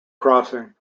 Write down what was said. crossing